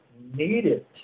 needed